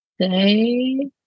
say